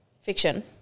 fiction